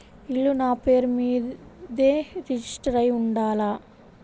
ఇల్లు నాపేరు మీదే రిజిస్టర్ అయ్యి ఉండాల?